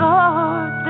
Lord